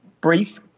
brief